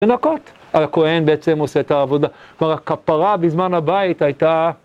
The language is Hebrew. לנקות. הכהן בעצם עושה את העבודה. כלומר, הכפרה בזמן הבית הייתה...